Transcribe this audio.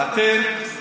אין קורונה?